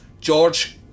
George